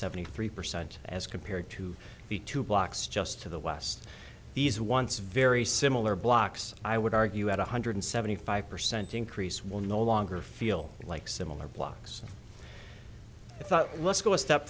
seventy three percent as compared to the two blocks just to the west these once very similar blocks i would argue at one hundred seventy five percent increase will no longer feel like similar blocks i thought let's go a step